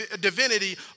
divinity